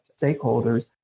stakeholders